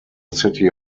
city